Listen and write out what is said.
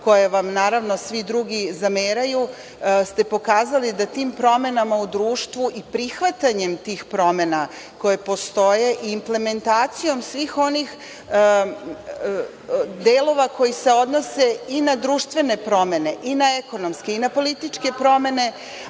koje vam naravno svi drugi zameraju, ste pokazali da tim promenama u društvu i prihvatanjem tih promena koje postoje i implementacijom svih onih delova koji se odnose i na društvene promene i na ekonomske i na političke promene,